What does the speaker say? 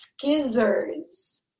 scissors